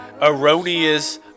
erroneous